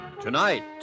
Tonight